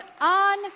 on